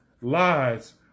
lies